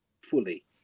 Fully